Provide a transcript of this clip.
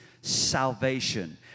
salvation